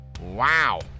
Wow